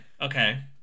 okay